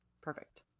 Perfect